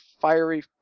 fiery